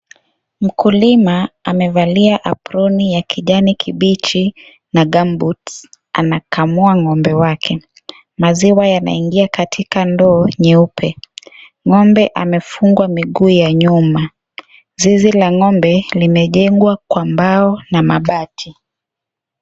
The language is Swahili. Mkulima amevalia aproni ya kijani kibichi na gumboots , anakamua ng'ombe wake. maziwa yanaingia katika ndoo nyeupe.Ng'ombe amefungwa miguu ya nyuma. Zizi la ng'ombe limejengwa kwa mbao na mabati.